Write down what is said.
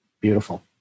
Beautiful